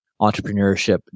entrepreneurship